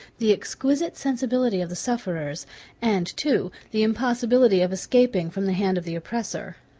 the exquisite sensibility of the sufferers and, two. the impossibility of escaping from the hand of the oppressor.